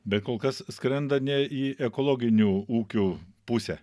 bet kol kas skrenda ne į ekologinių ūkių pusę